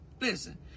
listen